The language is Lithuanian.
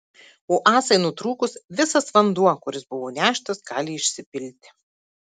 o ąsai nutrūkus visas vanduo kuris buvo neštas gali išsipilti